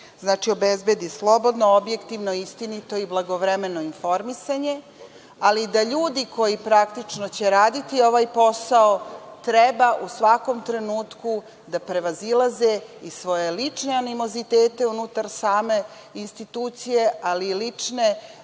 medij obezbedi slobodno, objektivno, istinito i blagovremeno informisanje, ali da ljudi koji, praktično će raditi ovaj posao treba u svakom trenutku prevazilaze i svoje lične animozitete unutar same institucije, ali i lične